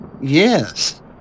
Yes